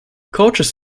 coaches